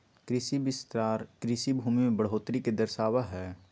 कृषि विस्तार कृषि भूमि में बढ़ोतरी के दर्शावा हई